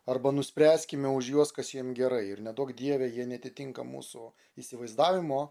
arba nuspręskime už juos kas jiems gerai ir neduok dieve jie neatitinka mūsų įsivaizdavimo